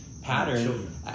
Pattern